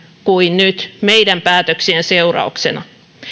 kuin nyt meidän päätöksiemme seurauksena